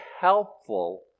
helpful